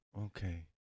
Okay